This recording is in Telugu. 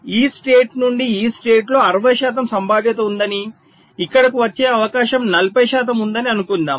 ఈ స్టేట్ నుండి ఈ స్టేట్లో 60 శాతం సంభావ్యత ఉందని ఇక్కడకు వచ్చే అవకాశం 40 శాతం ఉందని అనుకుందాం